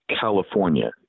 California